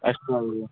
ਅੱਛਾ ਜੀ